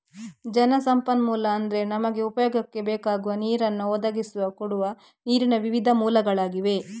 ಜಲ ಸಂಪನ್ಮೂಲ ಅಂದ್ರೆ ನಮಗೆ ಉಪಯೋಗಕ್ಕೆ ಬೇಕಾಗುವ ನೀರನ್ನ ಒದಗಿಸಿ ಕೊಡುವ ನೀರಿನ ವಿವಿಧ ಮೂಲಗಳಾಗಿವೆ